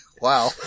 Wow